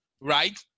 right